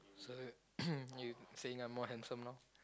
so you saying I'm more handsome now